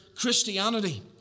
Christianity